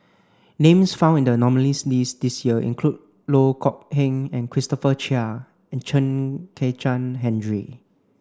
names found in the nominees' list this year include Loh Kok Heng Christopher Chia and Chen Kezhan Henri